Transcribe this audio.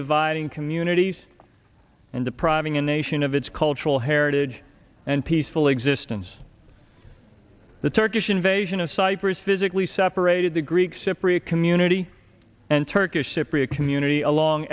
dividing communities and depriving a nation of its cultural heritage and peaceful existence the turkish invasion of cyprus physically separated the greek cypriot community and turkish cypriot community along